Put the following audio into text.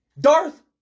Darth